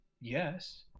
yes